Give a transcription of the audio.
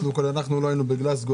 אנחנו לא היינו בגלזגו.